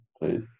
please